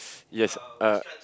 yes uh